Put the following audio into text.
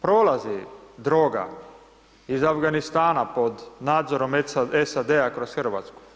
Prolazi droga iz Afganistana po nadzorom SAD-a kroz Hrvatsku.